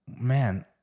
man